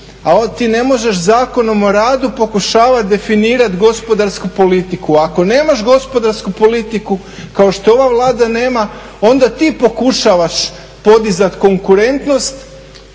Ti ne možeš Zakonom o radu pokušavat definirat gospodarsku politiku. Ako nemaš gospodarsku politiku kao što je ova Vlada nema, onda ti pokušavaš podizat konkurentnost